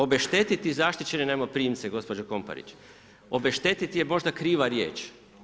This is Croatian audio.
Obešteti zaštićene najmoprimce gospođo KOmparić, obeštetiti je možda kriva riječ.